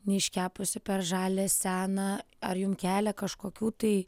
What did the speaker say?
neiškepusį per žalią seną ar jum kelia kažkokių tai